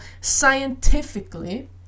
scientifically